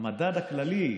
המדד הכללי,